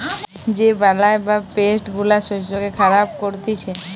যে বালাই বা পেস্ট গুলা শস্যকে খারাপ করতিছে